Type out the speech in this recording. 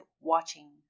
watching